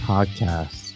Podcast